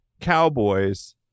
Cowboys